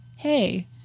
Hey